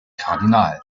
kardinal